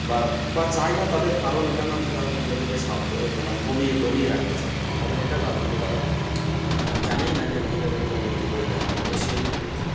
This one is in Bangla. বা বা চায় না তাদের কারণ এটা নয় যে তারা মহিলাদেরকে কমিয়ে দমিয়ে রাখতে চায় তাদের এটা কারণ যে তারা জানেই না যে মহিলাদেরকে উন্নতি করলে আমাদের দেশেরই উন্নতি হবে